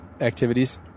activities